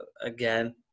again